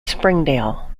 springdale